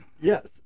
yes